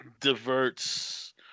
diverts